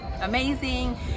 amazing